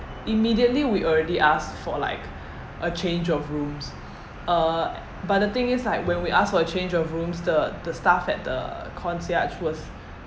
immediately we already asked for like a change of rooms uh but the thing is like when we asked for a change of rooms the the staff at the concierge was